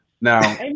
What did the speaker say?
Now